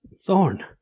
Thorn